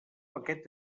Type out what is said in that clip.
aquest